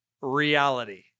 reality